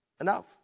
Enough